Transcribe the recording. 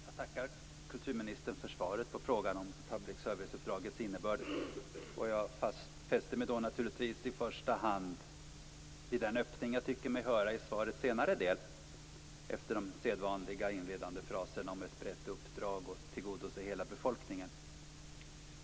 Herr talman! Jag tackar kulturministern för svaret på frågan om public service-uppdragets innebörd. Jag fäster mig naturligtvis i första hand vid den öppning jag tycker mig höra i svarets senare del, efter de sedvanliga inledande fraserna om "ett brett uppdrag" och "tillgodose hela befolkningen".